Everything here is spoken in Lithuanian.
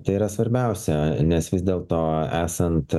tai yra svarbiausia nes vis dėlto esant